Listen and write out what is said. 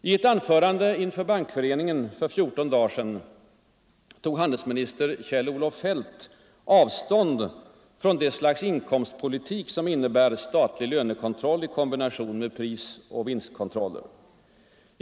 I ett anförande inför Bankföreningen för fjorton dagar sedan tog handelsminister Kjell-Olof Feldt avstånd från det slags inkomstpolitik som innebär statlig lönekontroll i kombination med priseller vinstkontroller.